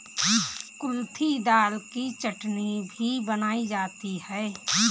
कुल्थी दाल की चटनी भी बनाई जाती है